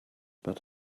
but